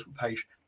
page